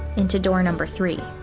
into door number three